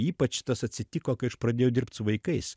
ypač tas atsitiko kai aš pradėjau dirbt su vaikais